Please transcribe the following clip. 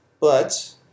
But